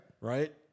Right